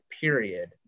period